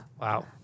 Wow